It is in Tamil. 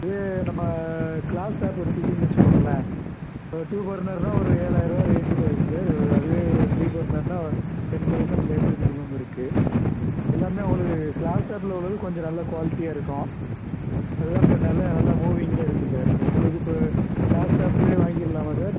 இது நம்ம க்ளாஸ் டாப் எடுத்துக்கிட்டிங்கன்னு வைச்சுக்கோங்களேன் டூ பர்னர்னால் ஒரு ஏழாயர ரூவா ரேஞ்சில் இருக்குது சார் அதுவே ஒரு த்ரீ பர்னர்னால் டென் தௌசண்ட்லேருந்து மினிமம் இருக்குது எல்லாமே உங்களுக்கு க்ளாஸ் டாப்பில் உள்ளது கொஞ்சம் நல்ல குவாலிட்டியாக இருக்கும் அதுதான் இப்போ நல்ல நல்ல மூவிங்கில் இருக்குது சார் உங்களுக்கு இப்போ க்ளாஸ்டாப்பில் வாங்கிடலாமா சார்